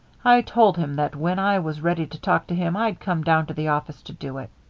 i told him that when i was ready to talk to him, i'd come down to the office to do it.